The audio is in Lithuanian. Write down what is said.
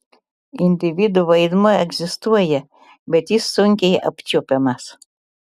individo vaidmuo egzistuoja bet jis sunkiai apčiuopiamas